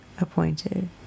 appointed